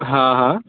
हां हां